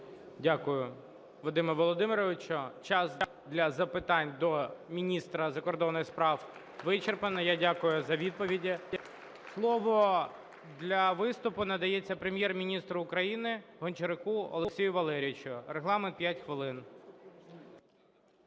Дякую, Вадиме Володимировичу. Час для запитань до міністра закордонних справ вичерпано. Я дякую за відповіді. Слово для виступу надається Прем'єр-міністру України Гончаруку Олексію Валерійовичу. Регламент 5 хвилин.